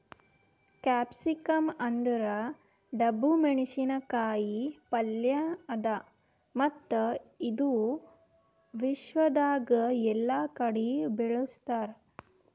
capsicum ಅಂದುರ್ ಡಬ್ಬು ಮೆಣಸಿನ ಕಾಯಿ ಪಲ್ಯ ಅದಾ ಮತ್ತ ಇದು ವಿಶ್ವದಾಗ್ ಎಲ್ಲಾ ಕಡಿ ಬೆಳುಸ್ತಾರ್